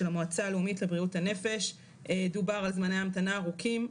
של המועצה הלאומית לבריאות הנפש דובר על זמני המתנה ארוכים.